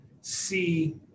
see